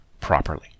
properly